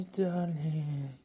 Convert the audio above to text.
darling